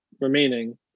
remaining